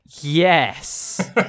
Yes